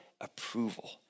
approval